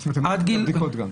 זאת אומרת --- לעשות בדיקות גם.